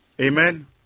Amen